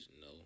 No